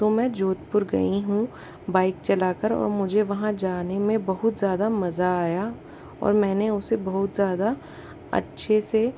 तो मैं जोधपुर गई हूँ बाइक चला कर और मुझे वहाँ जाने में बहुत ज़्यादा मज़ा आया और मैंने उसे बहुत ज़्यादा अच्छे से